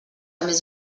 més